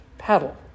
Paddle